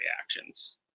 reactions